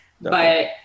but-